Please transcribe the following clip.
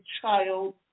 child